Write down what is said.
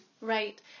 Right